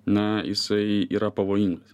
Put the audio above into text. na jisai yra pavojingas